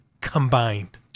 combined